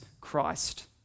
Christ